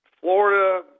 Florida